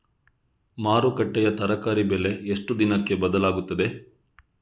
ಮಾರುಕಟ್ಟೆಯ ತರಕಾರಿ ಬೆಲೆ ಎಷ್ಟು ದಿನಕ್ಕೆ ಬದಲಾಗುತ್ತದೆ?